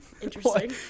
Interesting